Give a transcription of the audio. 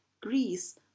Greece